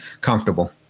comfortable